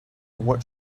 what